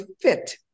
fit